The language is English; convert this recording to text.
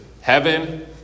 heaven